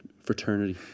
fraternity